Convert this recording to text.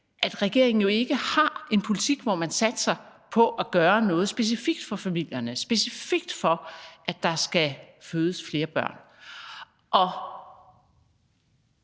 at regeringen ikke har en politik, hvor man satser på at gøre noget specifikt for familierne, specifikt for, at der skal fødes flere børn.